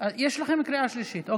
לכם קריאה שלישית.